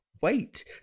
wait